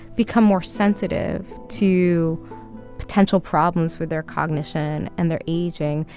become more sensitive to potential problems with their cognition and their aging,